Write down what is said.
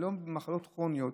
ולא מחלות כרוניות,